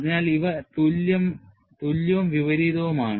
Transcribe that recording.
അതിനാൽ ഇവ തുല്യവും വിപരീതവുമാണ്